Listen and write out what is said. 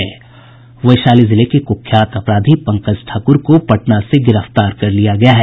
वैशाली जिले के कुख्यात अपराधी पंकज ठाकुर को पटना से गिरफ्तार कर लिया गया है